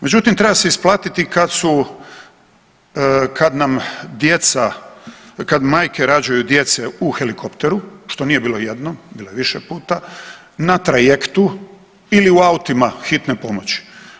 Međutim, treba se isplatiti kad, kad nam djeca, kad majke rađaju djece u helikopteru što nije bilo jednom, bilo je više puta, na trajektu ili u autima hitne pomoći.